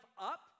up